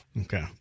Okay